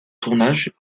tournage